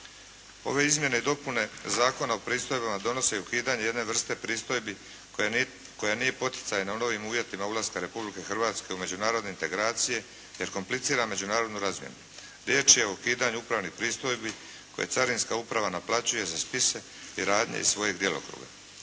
Ove izmjene i dopune Zakona o pristojbama donose i ukidanje jedne vrste pristojbi koja nije poticajna u novim uvjetima ulaska Republike Hrvatske u međunarodne integracije, jer komplicira međunarodnu razmjenu. Riječ je o ukidanju upravnih pristojbi koje carinska uprava naplaćuje za spise i radnje iz svojeg djelokruga.